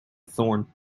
thorn